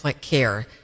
care